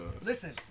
Listen